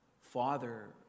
Father